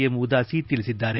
M Udasi ತಿಳಿಸಿದ್ದಾರೆ